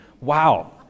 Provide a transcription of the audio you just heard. Wow